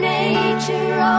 Nature